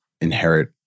inherit